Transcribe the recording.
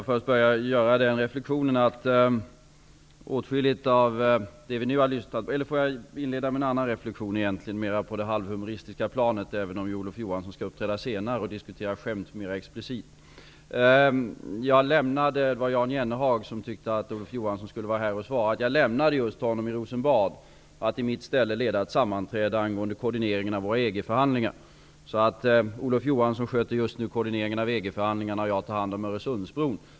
Fru talman! Får jag inleda med en reflexion på det halvhumoristiska planet, även om Olof Johansson skall uppträda senare och diskutera skämt mera explicit. Jan Jennehag tyckte att Olof Johansson skulle vara här och svara. Jag lämnade honom just i Rosenbad för att i mitt ställe leda ett sammanträde angående koordineringen av våra EG-förhandlingar. Olof Johansson sköter just nu koordineringen av EG förhandlingarna, och jag tar hand om Öresundsbron.